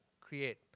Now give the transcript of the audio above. create